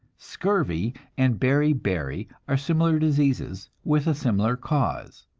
scurvy and beri-beri are similar diseases, with a similar cause.